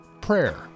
prayer